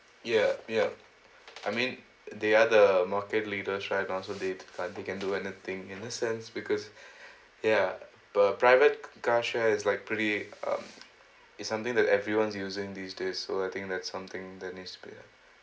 ya ya I mean they are the market leaders right now so they they can do anything in this sense because ya but private car share is like pretty um is something that everyone's using these days so I think that's something the new sphere